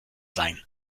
sein